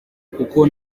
kuko